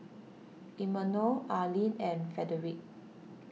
Imanol Arlen and Frederick